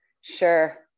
Sure